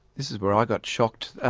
this is where i got shocked. ah